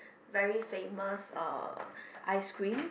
very famous uh ice cream